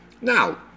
now